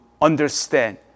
understand